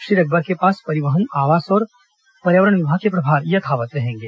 श्री अकबर के पास परिवहन आवास और पर्यावरण विभाग के प्रभार यथावत् रहेंगे